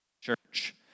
Church